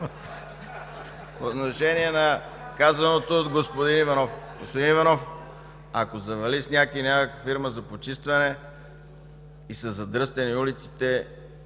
По отношение на казаното от господин Иванов. Господин Иванов, ако завали сняг и няма фирма за почистване и са задръстени улиците,